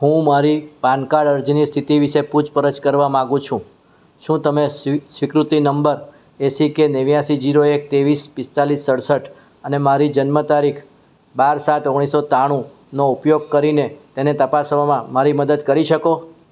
હું મારી PAN card અરજીની સ્થિતિ વિશે પૂછપરછ કરવા માગું છું શું તમે સ્વીકૃતિ નંબર એસીકે નેવ્યાશી જીરો એક ત્રેવીસ પિસ્તાલીસ સડસઠ અને મારી જન્મ તારીખ બાર સાત ઓગણીસો ત્રાણુંનો ઉપયોગ કરીને તેને તપાસવામાં મારી મદદ કરી શકો